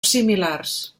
similars